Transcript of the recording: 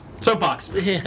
soapbox